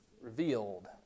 Revealed